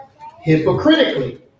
hypocritically